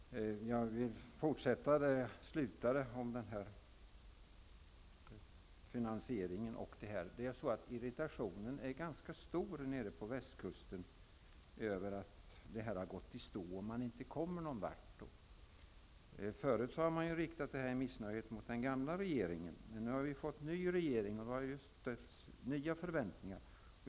Fru talman! Jag vill fortsätta där jag tidigare slutade, nämligen om finansieringen. På västkusten är irritationen ganska stor över att detta har gått i stå och att man inte kommer någon vart. Förut har man riktat det missnöjet mot den gamla regeringen. Men nu har vi fått en ny regeringen, och det har väckts nya förväntningar.